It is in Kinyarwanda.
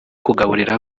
kugaburira